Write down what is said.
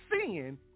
sin